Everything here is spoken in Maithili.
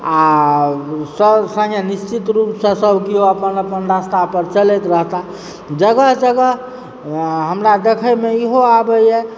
आ सभ सने निश्चित रूपसँ सभ केओ अपन अपन रास्ता पर चलैत रहता जगह जगह अऽ हमरा दखयमऽ इहो आबैए